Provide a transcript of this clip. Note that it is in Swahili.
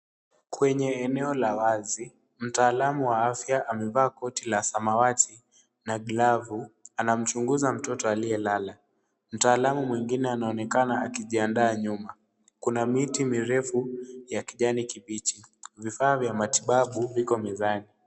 Kwenye eneo la wazi, mtaalamu wa afya amevaa koti la samawati na glavu, anamchunguza mtoto aliyelala . Mtaalamu mwingine anaonekana akijiandaa nyuma. Kuna miti mirefu ya kijani kibichi . Vifaa vya matibabu viko mezani.